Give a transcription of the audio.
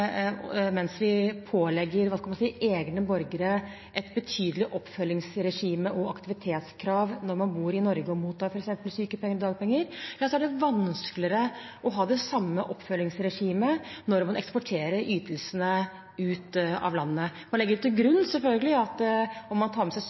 mens vi pålegger egne borgere et betydelig oppfølgingsregime og aktivitetskrav når de bor i Norge og mottar f.eks. sykepenger og dagpenger, er det vanskeligere å ha det samme oppfølgingsregimet når man eksporterer ytelsene ut av landet – og legger til grunn, selvfølgelig, at om man tar med seg sykepengene til